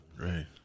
Right